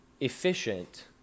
efficient